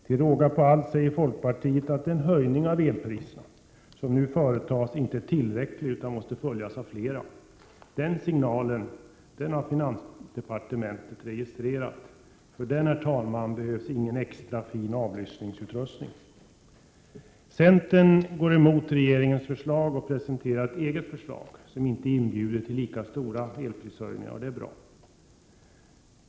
Till råga på allt säger folkpartiet att den höjning av elpriserna som nu föreslås inte är tillräcklig utan måste följas av flera. Den signalen har finansdepartementet registrerat. För den, herr talman, behövs ingen extra fin avlyssningsutrustning. Centern går emot regeringens förslag och presenterar ett eget, som inte inbjuder till lika stora elprishöjningar. Det är bra.